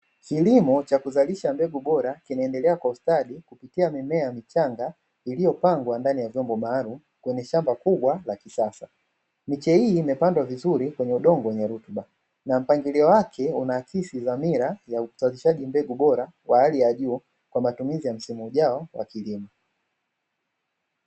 Kilimo cha kuzalisha mbegu bora kinaendelea kwa ustadi, ikiwa mimea michanga iliyopangwa ndani ya vyombo maalumu, kwenye shamba kubwa la kisasa, miche hii imepandwa vizuri kwenye udongo wenye rutuba, na mpangilio wake unaakisi dhamira ya uzalishaji mbegu bora, kwa hali ya juu kwa matumizi ya msimu ujao wa kilimo.